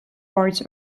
arts